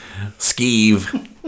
Skeeve